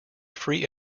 free